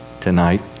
tonight